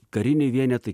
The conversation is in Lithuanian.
kariniai vienetai